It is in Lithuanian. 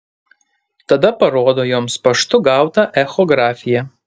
tada parodo joms paštu gautą echografiją